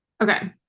okay